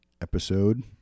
episode